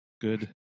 good